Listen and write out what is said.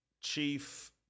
chief